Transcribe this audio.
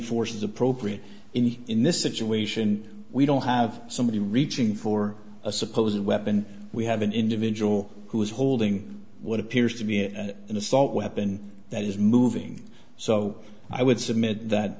force is appropriate in in this situation we don't have somebody reaching for a supposed weapon we have an individual who is holding what appears to be an assault weapon that is moving so i would submit that